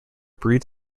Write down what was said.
breed